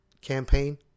campaign